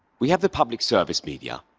we have the public service media.